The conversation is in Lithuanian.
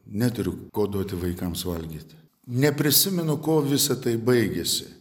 neturiu ko duoti vaikams valgyt neprisimenu kuo visa tai baigėsi